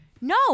No